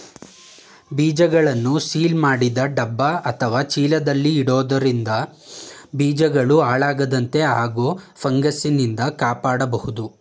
ಬೀಜಗಳನ್ನು ಸೀಲ್ ಮಾಡಿದ ಡಬ್ಬ ಅತ್ವ ಚೀಲದಲ್ಲಿ ಇಡೋದ್ರಿಂದ ಬೀಜಗಳು ಹಾಳಾಗದಂತೆ ಹಾಗೂ ಫಂಗಸ್ನಿಂದ ಕಾಪಾಡ್ಬೋದು